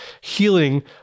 healing